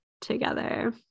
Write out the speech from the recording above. together